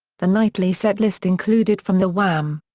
the nightly set list included from the wham!